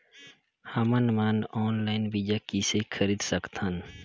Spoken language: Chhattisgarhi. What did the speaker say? हमन मन ऑनलाइन बीज किसे खरीद सकथन?